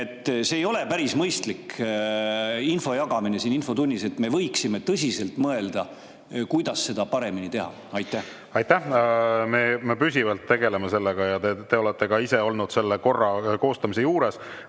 See ei ole päris mõistlik info jagamise [kord] siin infotunnis. Me võiksime tõsiselt mõelda, kuidas seda paremini teha. Aitäh! Me püsivalt tegeleme sellega. Te olete ka ise olnud selle korra koostamise juures.